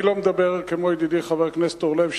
אני לא מדבר כמו ידידי חבר הכנסת אורלב,